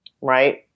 right